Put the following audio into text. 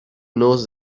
knows